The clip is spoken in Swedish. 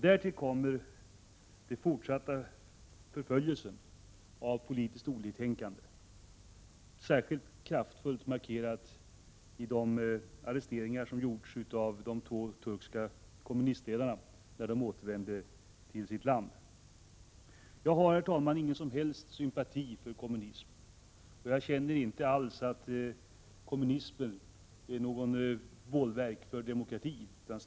Därtill kommer den fortsatta förföljelse av politiskt oliktänkande som särskilt kraftfullt markerats i de arresteringar som gjorts av de två turkiska kommunistledarna, när de återvände till sitt land. Jag har, herr talman, ingen som helst sympati för kommunismen, och jag uppfattar inte alls kommunismen som något bålverk för demokratin.